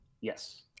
Yes